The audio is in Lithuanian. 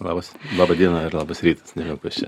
labas laba diena ir labas rytas nežinau kas čia